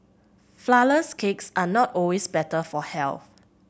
flourless cakes are not always better for health